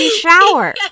shower